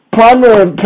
primary